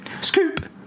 Scoop